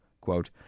Quote